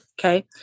Okay